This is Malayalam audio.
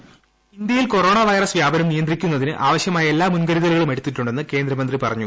ഹോൾഡ് വോയിസ് ഇന്ത്യയിൽ കൊറോണ ക്വൈറസ് വ്യാപനം നിയന്ത്രിക്കുന്നതിന് ആവശ്യമായ എല്ലാ മുൻകരുതലുകളും എടുത്തിട്ടുണ്ടെന്ന് കേന്ദ്രമന്ത്രി പറഞ്ഞു